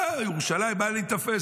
מה ירושלים, מה להיתפס?